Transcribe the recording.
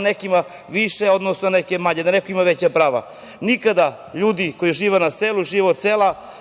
nekima daje više a nekima manje, da neko ima veća prava. Nikada ljudi koji žive na selu i život sela,